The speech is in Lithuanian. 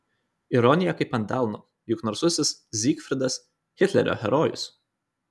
ironija kaip ant delno juk narsusis zygfridas hitlerio herojus